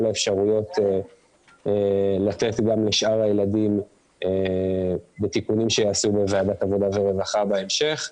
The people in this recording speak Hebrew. האפשרויות לתת גם לשאר הילדים בתיקונים שייעשו בוועדת עבודה ורווחה בהמשך.